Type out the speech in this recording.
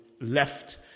left